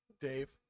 Dave